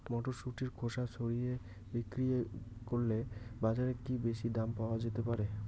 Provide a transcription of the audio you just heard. মটরশুটির খোসা ছাড়িয়ে বিক্রি করলে বাজারে কী বেশী দাম পাওয়া যেতে পারে?